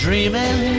Dreaming